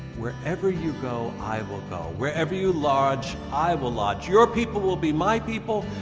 wherever you go, i will go. wherever you lodge, i will lodge. your people will be my people.